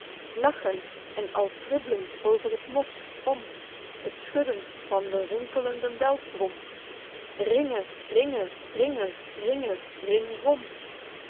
lachend en al tribblen over t mos om t schudden van den rinkelenden beltrom ringe ringe ringe ringe ring